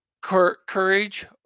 courage